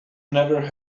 never